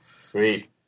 Sweet